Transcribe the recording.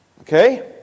Okay